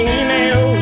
email